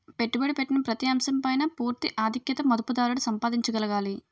పెట్టుబడి పెట్టిన ప్రతి అంశం పైన పూర్తి ఆధిక్యత మదుపుదారుడు సంపాదించగలగాలి